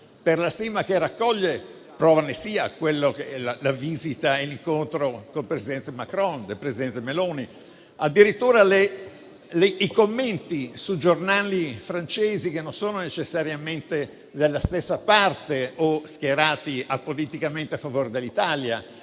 della maggioranza, prova ne siano la visita e l'incontro del presidente Meloni con il presidente Macron e addirittura i commenti sui giornali francesi, che non sono necessariamente dalla stessa parte o schierati politicamente a favore dell'Italia.